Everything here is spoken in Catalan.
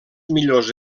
millors